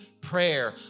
prayer